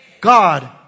God